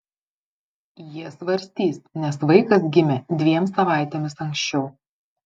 jie svarstys nes vaikas gimė dviem savaitėmis anksčiau